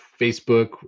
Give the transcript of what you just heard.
Facebook